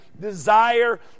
desire